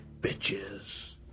bitches